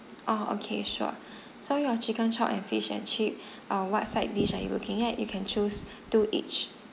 oh okay sure so your chicken chop and fish and chip uh what side dish are you looking at you can choose two each